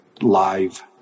live